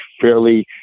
fairly